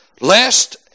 lest